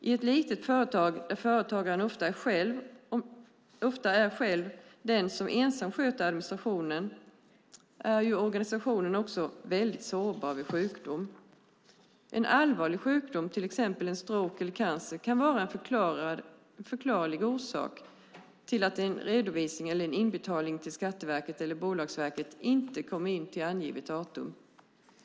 I ett litet företag där företagaren ofta är den som ensam sköter administrationen är organisationen också väldigt sårbar vid sjukdom. En allvarlig sjukdom, till exempel en stroke eller cancer, kan vara en förklarlig orsak till att en redovisning eller en inbetalning till Skatteverket eller Bolagsverket inte kommer in till angivet datum.